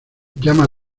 llama